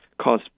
cause